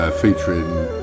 featuring